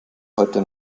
heute